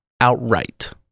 outright